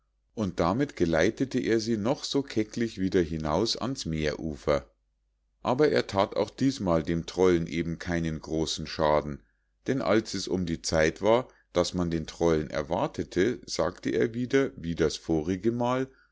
und damit geleitete er sie noch so kecklich wieder hinaus ans meerufer aber er that auch diesmal dem trollen eben keinen großen schaden denn als es um die zeit war daß man den trollen erwartete sagte er wieder wie das vorige mal